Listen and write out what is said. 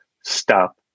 Stop